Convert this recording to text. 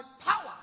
power